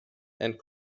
and